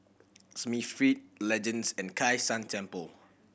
Smith Feed Legends and Kai San Temple